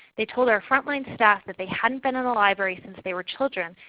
they told our front-line staff that they hadn't been in a library since they were children,